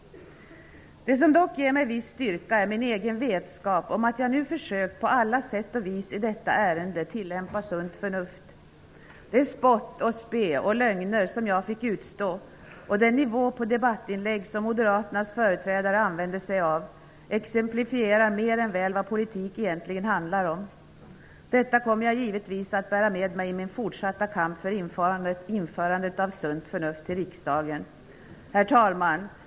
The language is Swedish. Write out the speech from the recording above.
Det som dock ger mig viss styrka är min egen vetskap om att jag nu på alla sätt har försökt tillämpa sunt förnuft i detta ärende. Det spott och spe och de lögner som jag fick utstå och den nivå på debattinläggen som Moderaternas företrädare använde sig av exemplifierar mer än väl vad politik egentligen handlar om. Detta kommer jag givetvis att bära med mig i min fortsatta kamp för införandet av sunt förnuft i riksdagen. Herr talman!